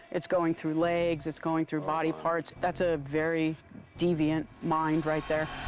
it's going through legs, it's going through body parts. that's a very deviant mind right there.